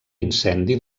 incendi